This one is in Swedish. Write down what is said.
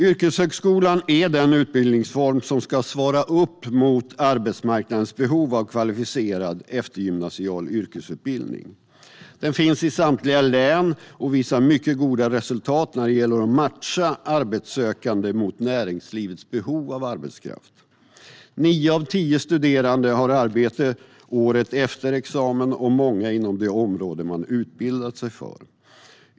Yrkeshögskolan är den utbildningsform som ska svara upp mot arbetsmarknadens behov av kvalificerad eftergymnasial yrkesutbildning. Den finns i samtliga län och visar mycket goda resultat när det gäller att matcha arbetssökande mot näringslivets behov av arbetskraft. Nio av tio studerande har arbete året efter examen, många inom det område man har utbildat sig för.